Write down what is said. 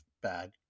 bad